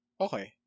Okay